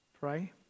Pray